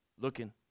looking